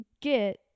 get